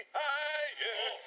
higher